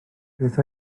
beth